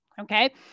okay